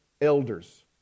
elders